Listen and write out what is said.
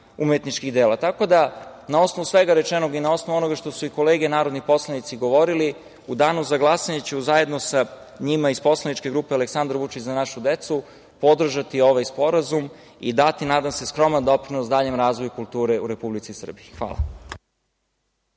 umetničkih dela. Na osnovu svega rečenog i na osnovu onoga što su i kolege narodni poslanici govorili, u danu za glasanje ću, zajedno sa njima iz poslaničke grupe Aleksandar Vučić - Za našu decu, podržati ovaj sporazum i dati, nadam se, skroman doprinos daljem razvoju kulture u Republici Srbiji. Hvala.